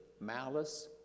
malice